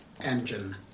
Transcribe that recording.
engine